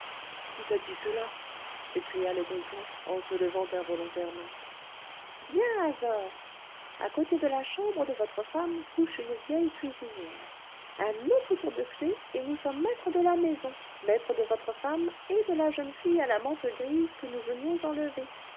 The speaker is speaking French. qui t'a dit cela s'écria le brigand en se levant involontairement bien azor à côté de la chambre de votre femme couche une vieille cuisinière un autre tour de clef et nous sommes maîtres de la maison maîtres de votre femme et de la jeune fille à la mante grise que nous venions enlever